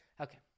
okay